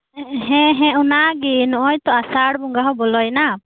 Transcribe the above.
ᱦᱮᱸ ᱦᱮᱸ ᱚᱱᱟᱜᱤ ᱱᱚᱜᱚᱭ ᱛᱚ ᱟᱥᱟᱲ ᱵᱚᱸᱜᱟᱦᱚᱸ ᱵᱚᱞᱚᱭᱱᱟ